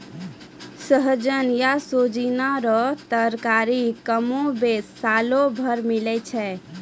सहजन या सोजीना रो तरकारी कमोबेश सालो भर मिलै छै